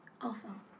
awesome